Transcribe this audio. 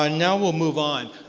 ah now we'll move on.